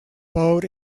boat